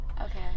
okay